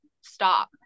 stop